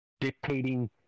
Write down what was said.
dictating